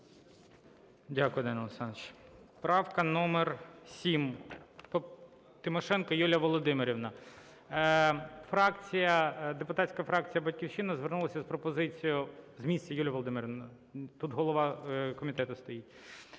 Дякую, Данило Олександрович. Правка номер 7, Тимошенко Юлія Володимирівна. Депутатська фракція "Батьківщина" звернулася з пропозицією... З місця, Юлія Володимирівна, тут голова комітету стоїть.